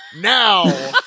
now